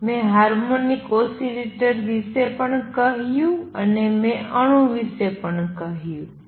મેં harmonic oscillator વિષે પણ કહયું અને મેં અણુ વિષે પણ કહયું